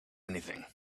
anything